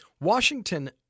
Washington